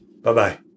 Bye-bye